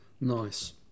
nice